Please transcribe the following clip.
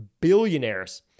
billionaires